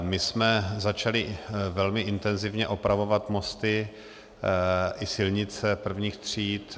My jsme začali velmi intenzivně opravovat mosty i silnice prvních tříd.